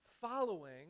following